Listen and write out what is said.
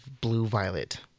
blue-violet